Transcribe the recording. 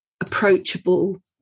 approachable